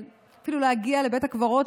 אפילו להגיע לבית הקברות,